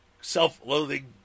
Self-loathing